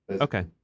Okay